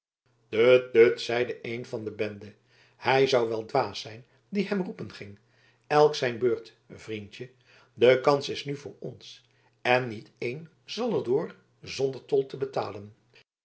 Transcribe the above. tut zeide een van de bende hij zou wel dwaas zijn die hem roepen ging elk zijn beurt vriendje de kans is nu voor ons en niet één zal er door zonder tol te betalen